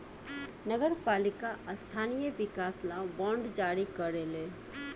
नगर पालिका स्थानीय विकास ला बांड जारी करेले